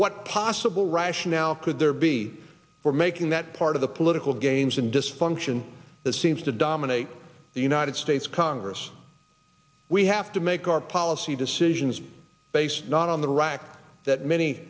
what possible rationale could there be for making that part of the political gains and dysfunction that seems to dominate the united states congress we have to make our policy decisions based not on the rock that many